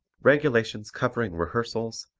regulations covering rehearsals,